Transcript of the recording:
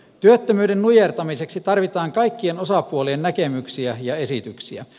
työttömyyden nujertamiseksi tarvitaan kaikkien osapuolien näkemyksiä ja esityksiä